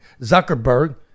Zuckerberg